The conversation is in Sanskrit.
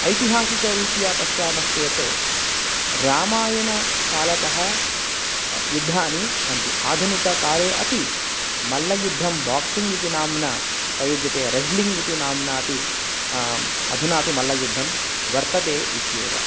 ऐतिहासिकरीत्या पश्यामश्चेत् रामायणकालतः युद्धानि सन्ति आधुनिककाले अपि मल्लयुद्धं बाक्सिङ्ग् इति नाम्ना प्रयुज्यते रज़्लिङ्ग् इति नाम्ना अपि अधुना अपि मल्लयुद्धं वर्तते इत्येव